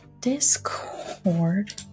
discord